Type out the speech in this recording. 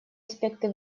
аспекты